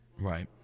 Right